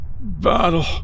battle